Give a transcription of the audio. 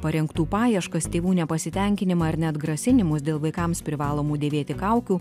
parengtų paieškas tėvų nepasitenkinimą ar net grasinimus dėl vaikams privalomų dėvėti kaukių